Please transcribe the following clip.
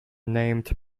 named